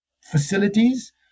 facilities